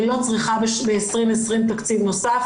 אני לא צריכה ב-2020 תקציב נוסף,